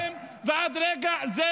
הרסו את הבתים שלהם, ועד לרגע זה,